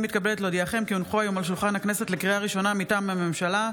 תקשיבו, גם לחרדים לא מגיעות המכות האלה.